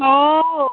ও